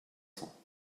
cents